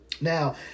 Now